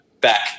back